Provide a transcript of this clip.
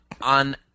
On